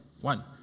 One